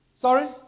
Sorry